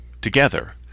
together